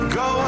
go